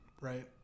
right